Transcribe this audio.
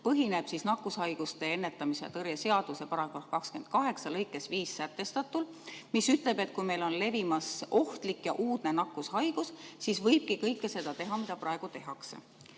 põhineb nakkushaiguste ennetamise ja tõrje seaduse § 28 lõikes 5 sätestatul, mis ütleb, et kui meil on levimas ohtlik ja uudne nakkushaigus, siis võibki kõike seda teha, mida praegu tehakse.